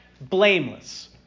Blameless